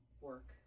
work